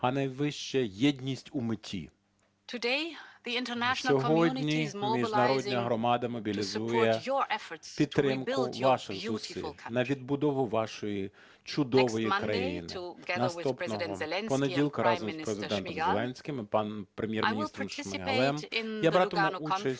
Сьогодні міжнародна громада мобілізує підтримку ваших зусиль на відбудову вашої чудової країни. Наступного понеділка разом з Президентом Зеленським і паном Прем'єр-міністром Шмигалем я братиму участь